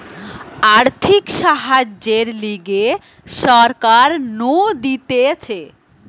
আর্থিক সাহায্যের লিগে সরকার নু দিতেছে